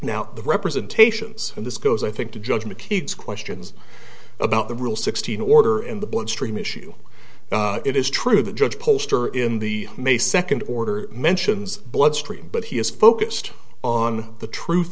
now the representations of this goes i think to judgment kids questions about the rule sixteen order in the bloodstream issue it is true the judge poster in the may second order mentions bloodstream but he is focused on the truth